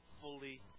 fully